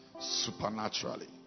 supernaturally